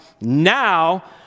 Now